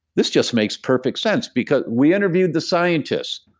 this just makes perfect sense. because we interviewed the scientist,